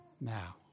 now